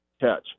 catch